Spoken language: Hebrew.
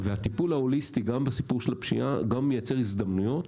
והטיפול ההוליסטי גם בסיפור של הפשיעה גם מייצר הזדמנויות